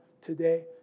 today